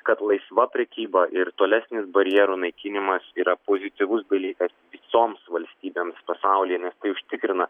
kad laisva prekyba ir tolesnis barjerų naikinimas yra pozityvus dalykas visoms valstybėms pasaulyje nes tai užtikrina